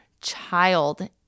child